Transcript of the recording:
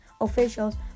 officials